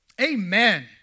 Amen